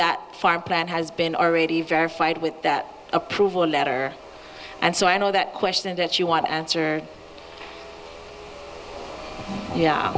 that far that has been already verified with that approval letter and so i know that question that you want to answer yeah